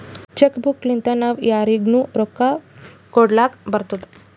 check book ಲಿಂತಾ ನಾವೂ ಯಾರಿಗ್ನು ರೊಕ್ಕಾ ಕೊಡ್ಲಾಕ್ ಬರ್ತುದ್